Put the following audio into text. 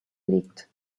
liegt